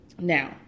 Now